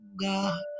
God